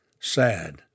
Sad